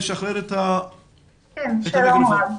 שלום רב.